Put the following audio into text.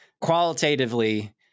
Qualitatively